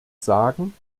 sagen